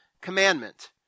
commandment